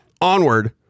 onward